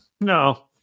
No